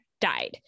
died